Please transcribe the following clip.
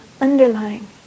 underlying